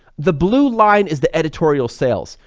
the blue line is the editorial sales.